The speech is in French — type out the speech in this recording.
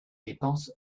dépenses